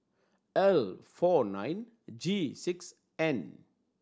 L four nine G six N